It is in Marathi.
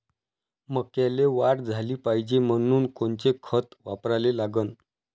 मक्याले वाढ झाली पाहिजे म्हनून कोनचे खतं वापराले लागन?